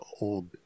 old